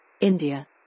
India